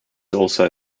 also